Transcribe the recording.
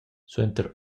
suenter